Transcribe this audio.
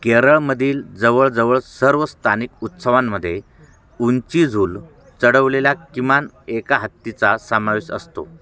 केरळमधील जवळ जवळ सर्व स्थानिक उत्सवांमध्ये उंची झूल चढवलेला किमान एका हत्तीचा समावेश असतो